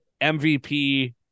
MVP